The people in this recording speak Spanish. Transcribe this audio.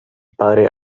padre